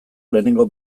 lehenengo